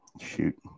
Shoot